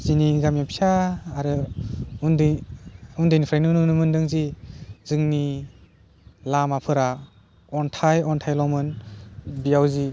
जोंनि गामि फिसा आरो उन्दै उन्दैनिफ्राइनो नुनो मोनदों जि जोंनि लामाफोरा अन्थाइ अन्थाइल'मोन बेयाव जि